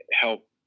help